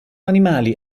animali